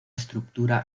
estructura